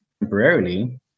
temporarily